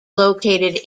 located